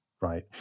Right